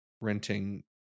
renting